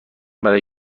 برای